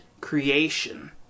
creation